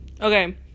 Okay